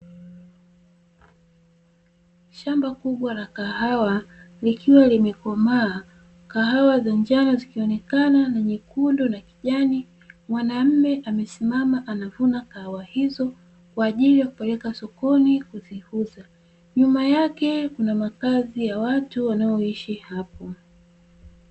Shamba kubwa la kahawa likiwa limekomaa, kahawa za njano zikionekana, nyekundu na kijani mwanaume amesimama akivuna kahawa hizo tayari kuzipeleka sokoni kuuza nyuma yake kuna makazi ya watu wanaoishi hapo.